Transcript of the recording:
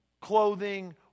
clothing